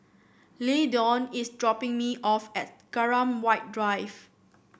Lyndon is dropping me off at Graham White Drive